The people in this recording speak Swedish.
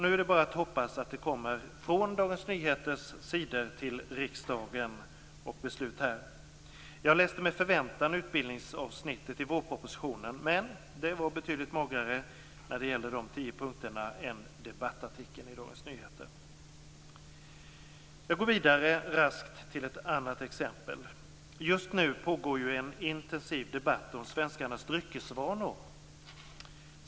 Nu är det bara att hoppas att det kommer från Dagens Nyheters sidor till riksdagen och beslut här. Jag läste med förväntan utbildningsavsnittet i vårpropositionen, med det var betydligt magrare när det gällde de tio punkterna än debattartikeln i Dagens Jag går raskt vidare till ett annat exempel. Just nu pågår ju en intensiv debatt om svenskarnas dryckesvanor.